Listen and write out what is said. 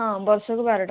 ହଁ ବର୍ଷକୁ ବାର ଟଙ୍କା